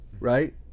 Right